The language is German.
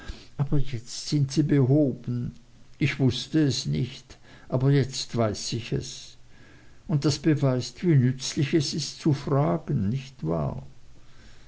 aber jetzt sind sie behoben ich wußte es nicht aber jetzt weiß ich es und das beweist wie nützlich es ist zu fragen nicht wahr